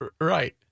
right